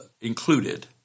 included